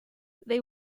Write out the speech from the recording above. they